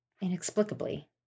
inexplicably